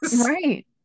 right